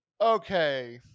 okay